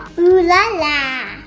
ooh la la.